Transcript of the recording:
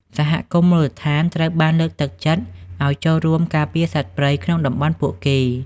សហគមន៍មូលដ្ឋានត្រូវបានលើកទឹកចិត្តឱ្យចូលរួមការពារសត្វព្រៃក្នុងតំបន់ពួកគេ។